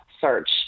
search